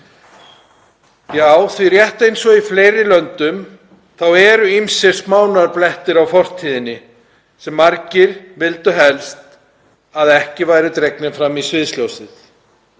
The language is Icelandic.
gleymt. Rétt eins og í fleiri löndum þá eru ýmsir smánarblettir á fortíðinni sem margir vildu helst að ekki væru dregnir fram í sviðsljósið.